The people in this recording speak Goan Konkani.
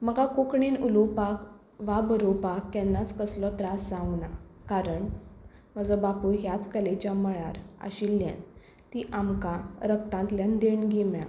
म्हाका कोंकणींत उलोवपाक वा बरोवपाक केन्नाच कसलो त्रास जावंक ना म्हजो बापूय ह्याच कलेच्या मळार आशिल्ल्यान ती आमकां रगतांतल्यान देणगी मेळ्ळ्या